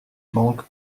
banque